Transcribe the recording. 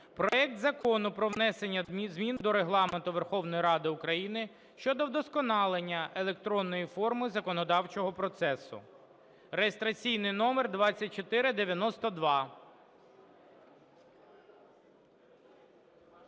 проект Закону про внесення змін до Регламенту Верховної Ради України щодо вдосконалення електронної форми законодавчого процесу (реєстраційний номер 2492).